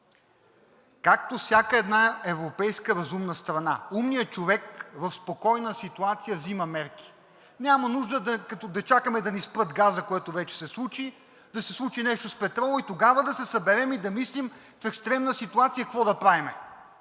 Както всяка една европейска разумна страна – умният човек в спокойна ситуация взима мерки. Няма нужда като да чакаме да ни спрат газа, което вече се случи, да се случи нещо с петрола и тогава да се съберем и да мислим в екстремна ситуация какво да правим